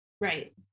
right